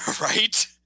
Right